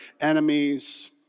enemies